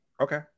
Okay